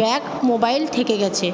bag mobile থেকে গেছে